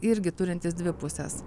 irgi turintis dvi puses